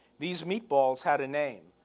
these meatballs had a name,